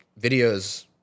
videos